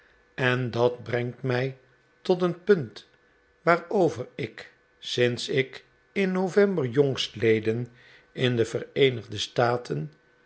en dat brengt mij tot een punt waarover ik sinds ik in november jongstleden in de'vereenigde staten